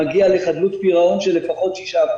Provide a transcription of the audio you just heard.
מגיע לחדלות פרעון של לפחות 6%,